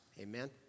Amen